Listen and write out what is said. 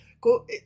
go